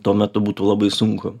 tuo metu būtų labai sunku